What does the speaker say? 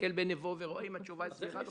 מסתכל ב"נבו" ורואה אם התשובה סבירה וכו'.